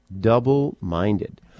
double-minded